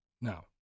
Now